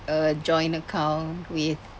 a joint account with